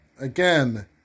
Again